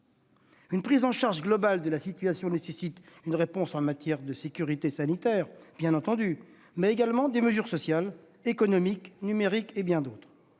Une prise en charge globale de la situation nécessite une réponse en matière de sécurité sanitaire, bien entendu, mais aussi des mesures sociales, économiques et numériques, et bien d'autres